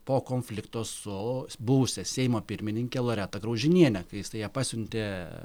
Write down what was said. po konflikto su buvusia seimo pirmininke loreta graužiniene kai jisai ją pasiuntė